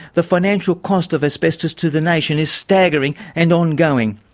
the financial cost of asbestos to the nation is staggering and ongoing,